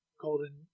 golden